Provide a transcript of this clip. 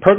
per